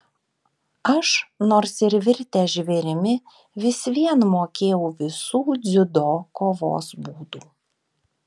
aš nors ir virtęs žvėrimi vis vien mokėjau visų dziudo kovos būdų